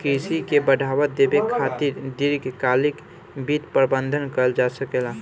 कृषि के बढ़ावा देबे खातिर दीर्घकालिक वित्त प्रबंधन कइल जा सकेला